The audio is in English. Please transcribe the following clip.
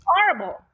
horrible